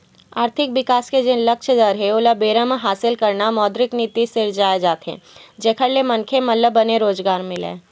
आरथिक बिकास के जेन लक्छ दर हे ओला बेरा म हासिल करना मौद्रिक नीति सिरजाये जाथे जेखर ले मनखे मन ल बने रोजगार मिलय